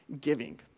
giving